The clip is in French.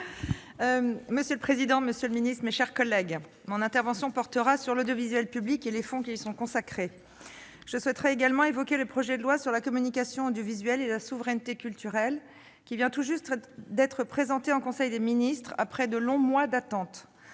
Monsieur le président, monsieur le ministre, mes chers collègues, mon intervention portera sur l'audiovisuel public et les fonds qui lui sont consacrés. J'évoquerai d'abord le projet de loi relatif à la communication audiovisuelle et à la souveraineté culturelle à l'ère numérique qui vient tout juste d'être présenté en conseil des ministres après de longs mois d'attente.